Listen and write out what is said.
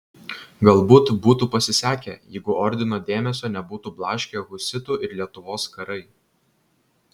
galbūt būtų pasisekę jeigu ordino dėmesio nebūtų blaškę husitų ir lietuvos karai